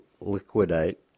liquidate